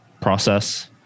process